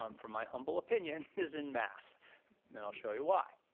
um from my humble opinion is in math, and i'll show you why.